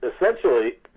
Essentially